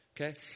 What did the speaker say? okay